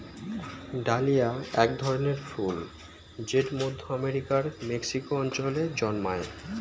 dahlia এক ধরনের ফুল জেট মধ্য আমেরিকার মেক্সিকো অঞ্চলে জন্মায়